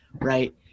right